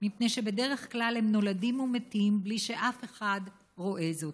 מפני שבדרך כלל הם נולדים ומתים בלי שאף אחד רואה זאת,